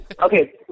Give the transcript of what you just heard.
Okay